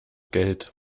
geld